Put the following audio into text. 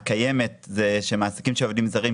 הקיימת היא שמעסיקים של עובדים זרים,